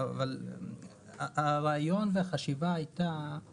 אבל הרעיון לחשיבה היה על